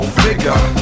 figure